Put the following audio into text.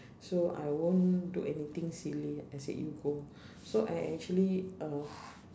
so I won't do anything silly I said you go so I actually uh